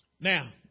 Now